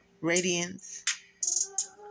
Radiance